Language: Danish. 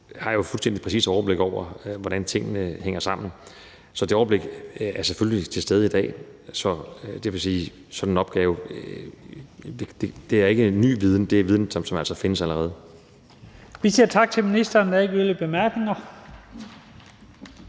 har jo et fuldstændig præcist overblik over, hvordan tingene hænger sammen. Så det overblik er selvfølgelig til stede i dag. Så det vil sige, at i forhold til sådan en opgave er der ikke tale om ny viden. Det er en viden, som altså findes allerede. Kl. 15:14 Første næstformand (Leif Lahn Jensen): Vi siger